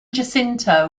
jacinto